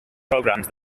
programmes